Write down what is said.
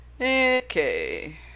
Okay